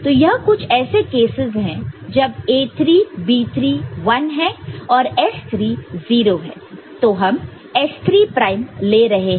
तो यह कुछ ऐसे कैसस हैं जब A3 B3 1 है और S3 0 है तो हम S3 प्राइम ले रहे हैं